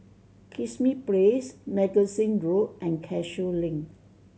Kismis Place Magazine Road and Cashew Link